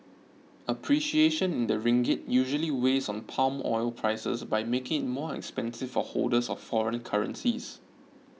appreciation in the ringgit usually weighs on palm oil prices by making it more expensive for holders of foreign currencies